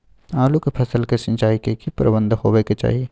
आलू के फसल के सिंचाई के की प्रबंध होबय के चाही?